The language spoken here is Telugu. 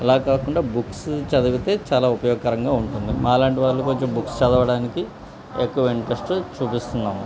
అలా కాకుండా బుక్స్ చదివితే చాలా ఉపయోగకరంగా ఉంటుంది మాలాంటి వాళ్ళ కొంచెం బుక్స్ చదవడానికి ఎక్కువ ఇంట్రస్ట్ చూపిస్తున్నాము